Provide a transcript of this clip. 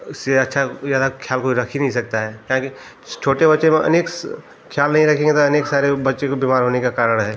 से अच्छा ज़्यादा ख़्याल कोई रख ही नहीं सकता है क्योंकि छोटे बच्चे में अनेक ख़्याल नहीं रखेंगे तो अनेक सारी बच्चों के बीमार होने का कारण है